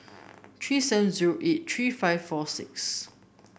three seven zero eight three five four six